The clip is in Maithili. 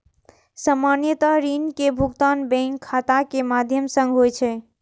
सामान्यतः ऋण के भुगतान बैंक खाता के माध्यम सं होइ छै